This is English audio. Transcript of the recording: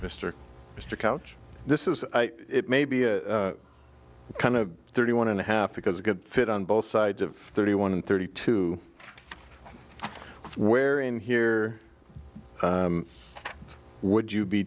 mr mr couch this is it may be a kind of thirty one and a half because good fit on both sides of thirty one and thirty two where in here would you be